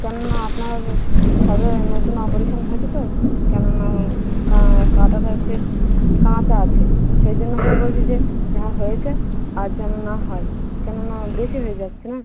কেননা আপনার সবে নতুন অপরেশান হয়েছে তো কেননা কা কাটাটা হচ্ছে কাঁচা আছে সেই জন্য করে বলছি যে যা হয়েছে আর যেন না হয় কেননা বেশি হয়ে যাচ্ছে না